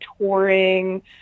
touring